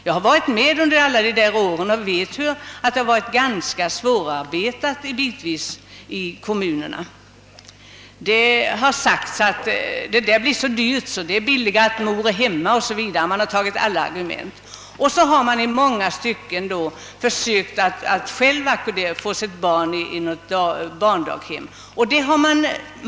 Jag har under årens lopp erfarit att dessa frågor bitvis varit ganska svårarbetade i kommunerna. Det har sagts att det blir dyrt att ordna barndaghem och att det skulle bli billigare om mödrarna var hemma och själva såg till sina barn o.s.v. I många fall har mödrarna själva försökt att få familjedaghem för barnen.